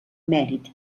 mèrit